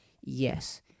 Yes